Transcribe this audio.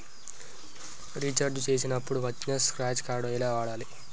Recharge చేసినప్పుడు వచ్చిన scratch card ఎలా వాడాలి?